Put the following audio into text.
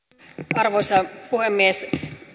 arvoisa puhemies